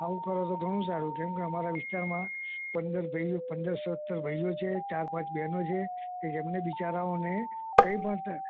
આવું કરો તો ઘણું સારું કેમ કે અમારા વિસ્તારમાં પંદર ભાઈઓ પંદર સત્તર ભાઈઓ છે ચાર પાંચ બહેનો છે કે જેમને બિચારાઓને કંઈ પણ થાય